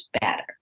better